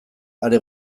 are